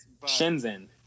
Shenzhen